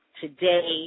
today